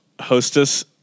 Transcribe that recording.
Hostess